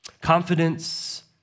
Confidence